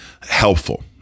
helpful